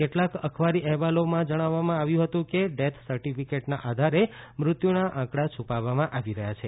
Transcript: કેટલાંક અખબારી અહેવાલો જણાવવામાં આવ્યુ હતું કે ડેથસર્ટિફિકેટનાં આધારે મૃત્યુનાં આંકડા છુપાવવામાં આવી રહ્યા છે